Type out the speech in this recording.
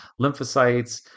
lymphocytes